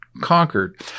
conquered